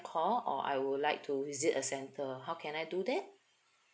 call or I would like to visit a center how can I do that